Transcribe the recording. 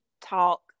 talk